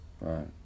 Right